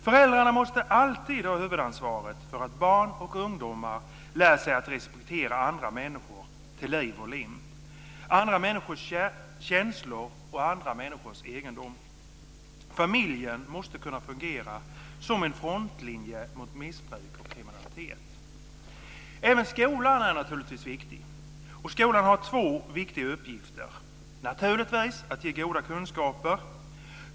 Föräldrarna måste alltid ha huvudansvaret för att barn och ungdomar lär sig att respektera andra människor till liv och lem, andra människors känslor och andra människors egendom. Familjen måste kunna fungera som en frontlinje mot missbruk och kriminalitet. Även skolan är viktig. Skolan har två viktiga uppgifter. En uppgift är naturligtvis att ge goda kunskaper.